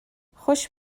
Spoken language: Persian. خوش